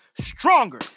stronger